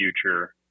future